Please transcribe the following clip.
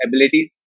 abilities